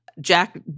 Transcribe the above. Jack